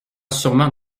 sûrement